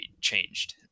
changed